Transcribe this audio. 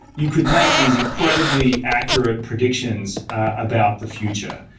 you could make these incredibly accurate predictions about the future.